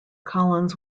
collins